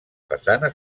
façana